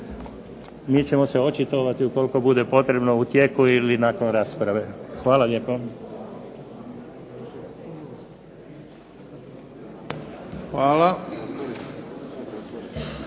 mi ćemo se očitovati ukoliko bude potrebno u tijeku ili nakon rasprave. Hvala lijepo.